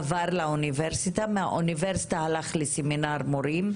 עבר לאוניברסיטה ומהאוניברסיטה הוא הלך לסמינר מורים,